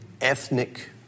ethnic